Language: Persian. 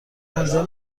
آنجا